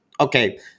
okay